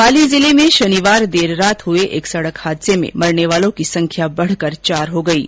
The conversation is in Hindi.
पाली जिले में शनिवार देर रात हुए सड़क हादसे में मरने वालों की संख्या बढकर चार हो गई है